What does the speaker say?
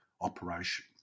operation